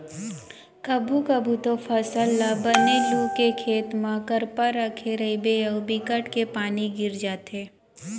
कभू कभू तो फसल ल बने लू के खेत म करपा राखे रहिबे अउ बिकट के पानी गिर जाथे